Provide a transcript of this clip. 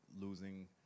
losing